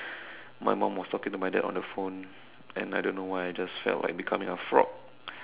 my mum was talking to my dad on the phone and I don't know why I just felt like becoming a frog